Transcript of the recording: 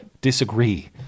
disagree